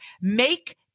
Make